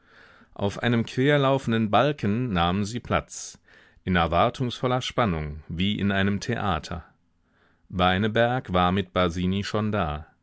auf einem querlaufenden balken nahmen sie platz in erwartungsvoller spannung wie in einem theater beineberg war mit basini schon da